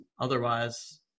Otherwise